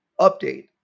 update